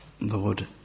Lord